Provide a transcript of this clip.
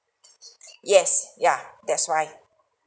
yes yeah that's why